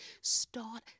start